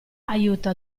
aiuta